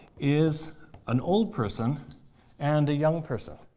is an old person and a young person.